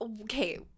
okay